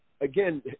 Again